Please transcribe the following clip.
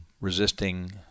resisting